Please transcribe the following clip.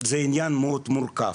עניין מאוד מורכב.